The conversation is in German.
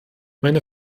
meine